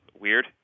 Weird